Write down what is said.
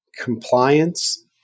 compliance